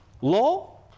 law